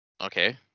okay